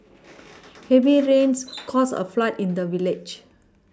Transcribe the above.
heavy rains caused a flood in the village